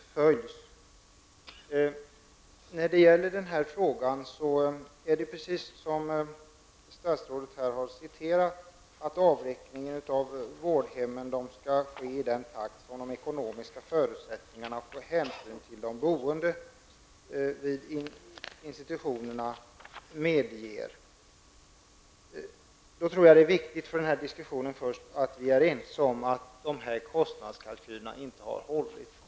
När det gäller den här frågan skall, som statsrådet har citerat, avvecklingen av vårdhemmen ske i den takt som de ekonomiska förutsättningarna med hänsyn till de boende vid institutionerna medger. Det är viktigt för denna diskussion att vi är ense om att kostnadskalkylerna inte har hållit.